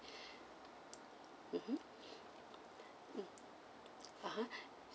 mmhmm mm (uh huh)